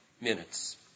minutes